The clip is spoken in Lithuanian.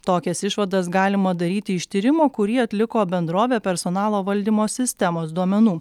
tokias išvadas galima daryti iš tyrimo kurį atliko bendrovė personalo valdymo sistemos duomenų